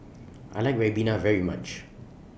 I like Ribena very much